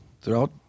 throughout